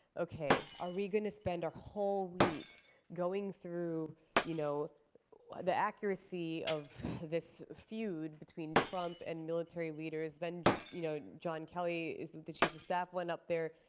ok, are we going to spend our whole week going through you know the accuracy of this feud between trump and military leaders. then you know john kelly is the chief of staff went up there,